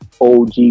OG